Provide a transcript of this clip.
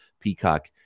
Peacock